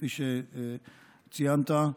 כפי שציינת,